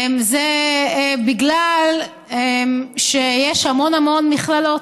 היא בגלל שיש המון המון מכללות,